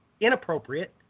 inappropriate